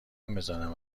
بذارم